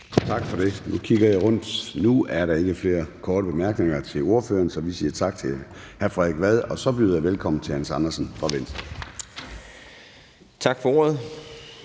Tak for det. Nu kigger jeg rundt og ser, at der ikke er flere korte bemærkninger til ordføreren. Så vi siger tak til hr. Frederik Vad, og så byder jeg velkommen til hr. Hans Andersen fra Venstre. Kl.